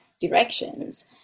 directions